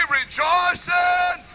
rejoicing